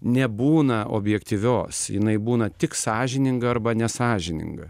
nebūna objektyvios jinai būna tik sąžininga arba nesąžininga